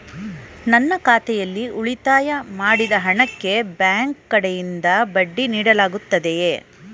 ನನ್ನ ಖಾತೆಯಲ್ಲಿ ಉಳಿತಾಯ ಮಾಡಿದ ಹಣಕ್ಕೆ ಬ್ಯಾಂಕ್ ಕಡೆಯಿಂದ ಬಡ್ಡಿ ನೀಡಲಾಗುತ್ತದೆಯೇ?